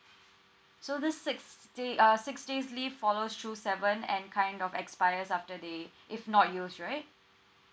so this six day uh six days leave follows through seven and kind of expires after the if not used right